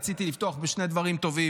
רציתי לפתוח בשני דברים טובים.